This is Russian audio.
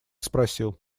спросил